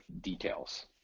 details